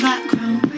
Background